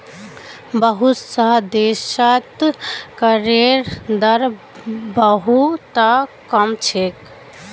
बहुत स देशत करेर दर बहु त कम छेक